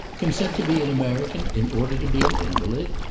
consent to be an american in order to be an invalid?